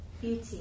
beauty